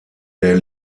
der